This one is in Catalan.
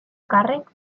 càrrec